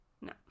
no